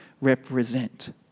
represent